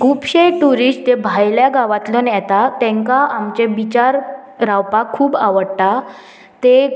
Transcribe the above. खुबशे ट्युरिस्ट जे भायल्या गांवांतल्यान येता तांकां आमचे बिचार रावपाक खूब आवडटा ते